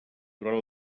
durant